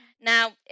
Now